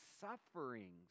sufferings